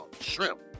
shrimp